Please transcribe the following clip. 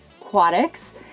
aquatics